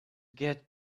get